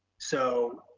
so